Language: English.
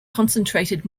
concentrated